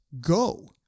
go